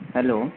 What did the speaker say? hello